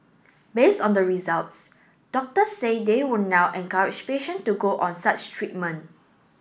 based on the results doctors say they will now encourage patient to go on such treatment